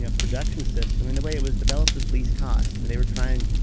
ah production system. and the way it was developed was least cost. they were trying.